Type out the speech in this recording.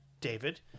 David